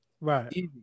right